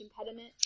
impediment